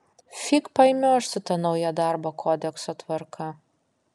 fig paimioš su ta nauja darbo kodekso tvarka